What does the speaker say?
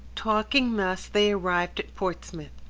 talking thus they arrived at portsmouth.